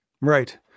Right